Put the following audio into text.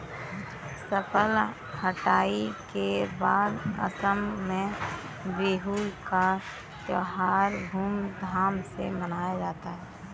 फसल कटाई के बाद असम में बिहू का त्योहार धूमधाम से मनाया जाता है